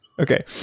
okay